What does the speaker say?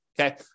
Okay